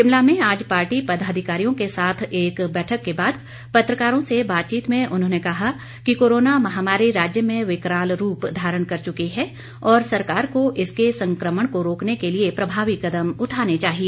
शिमला में आज पार्टी पदाधिकारियों के साथ एक बैठक के बाद पत्रकारों से बातचीत में उन्होंने कहा कि कोरोना महामारी राज्य में विकराल रूप धारण कर चुकी है और सरकार को इस संकमण को रोकने के लिए प्रभावी कदम उठाने चाहिए